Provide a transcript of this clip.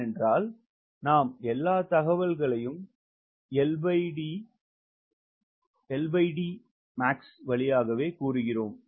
ஏன் என்றால் நாம் எல்லா தகவல்களையும் LDmax வழியாயகவே கூறிகிறோம்